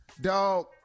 Dog